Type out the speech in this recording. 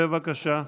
בבקשה.